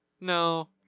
No